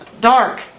dark